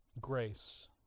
grace